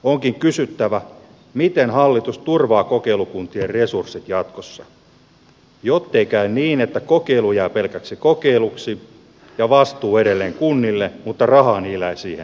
onkin kysyttävä miten hallitus turvaa kokeilukuntien resurssit jatkossa jottei käy niin että kokeilu jää pelkäksi kokeiluksi ja vastuu jää edelleen kunnille mutta rahaa niillä ei siihen ole